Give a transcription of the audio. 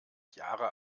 jahre